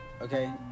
Okay